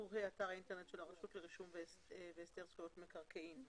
מקום הפרסום הוא אתר האינטרנט של הרשות לרישום והסדר זכויות במקרקעין.